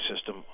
system